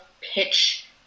pitch